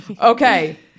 okay